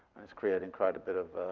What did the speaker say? it's creating quite a bit of